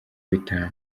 bitanu